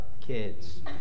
kids